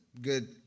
good